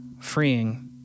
freeing